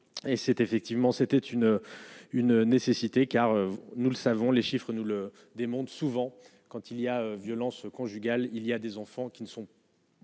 et c'est effectivement c'était une une nécessité car nous le savons les chiffres nous le démontre, souvent quand il y a violence conjugale, il y a des enfants qui ne sont.